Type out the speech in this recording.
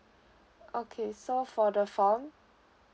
okay so for the form